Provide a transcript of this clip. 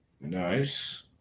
Nice